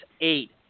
eight